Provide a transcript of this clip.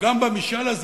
וגם במשאל הזה,